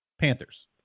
Panthers